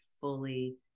fully